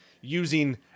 using